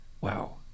wow